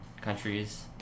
countries